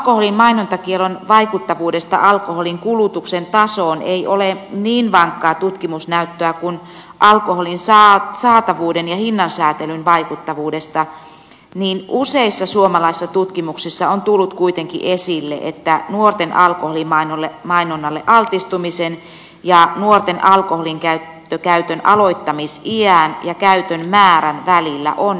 vaikka alkoholin mainontakiellon vaikuttavuudesta alkoholin kulutuksen tasoon ei ole niin vankkaa tutkimusnäyttöä kuin alkoholin saatavuuden ja hinnansäätelyn vaikuttavuudesta niin useissa suomalaisissa tutkimuksissa on tullut kuitenkin esille että nuorten alkoholimainonnalle altistumisen ja nuorten alkoholinkäytön aloittamisiän ja käytön määrän välillä on yhteyttä